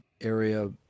area